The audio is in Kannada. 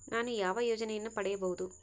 ನಾನು ಯಾವ ಯೋಜನೆಯನ್ನು ಪಡೆಯಬಹುದು?